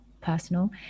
personal